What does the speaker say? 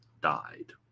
died